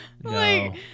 no